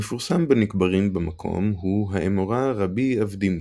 המפורסם בנקברים במקום הוא האמורא רבי אבדימי.